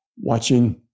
watching